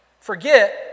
forget